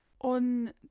on